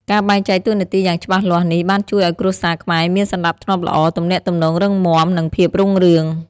ការបែងចែកតួនាទីយ៉ាងច្បាស់លាស់នេះបានជួយឲ្យគ្រួសារខ្មែរមាន សណ្ដាប់ធ្នាប់ល្អ ទំនាក់ទំនងរឹងមាំ និងភាពរុងរឿង។